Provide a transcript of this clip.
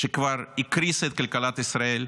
שכבר הקריסה את כלכלת ישראל,